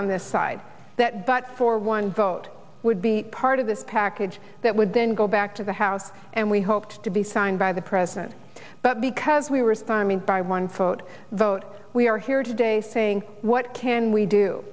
on this side that but for one vote would be part of this package that would then go back to the house and we hoped to be signed by the president but because we responded by one fote vote we are here today saying what can we do